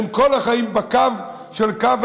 הם כל החיים בקו העימות.